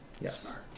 Yes